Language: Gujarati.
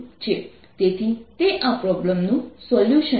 તેથી તે આ પ્રોબ્લેમ નું સોલ્યુશન છે